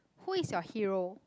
who is your hero